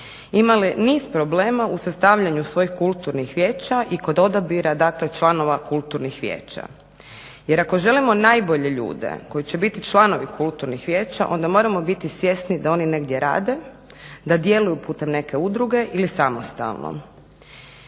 imale niz problema u sastavljanju svojih kulturnih vijeća i kod odabira dakle članova kulturnih vijeća. Jer ako želimo najbolje ljude koji će biti članovi kulturnih vijeća onda moramo biti svjesni da oni negdje rade, da djeluju putem neke udruge ili samostalno.